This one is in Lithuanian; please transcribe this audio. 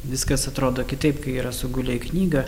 viskas atrodo kitaip kai yra sugulę į knygą